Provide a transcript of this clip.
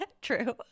True